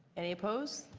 any opposed?